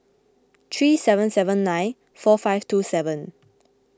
three seven seven nine four five two seven